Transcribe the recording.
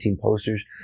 posters